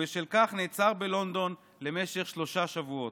ובשל כך נעצר בלונדון למשך שלושה שבועות.